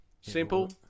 Simple